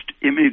image